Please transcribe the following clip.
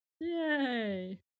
Yay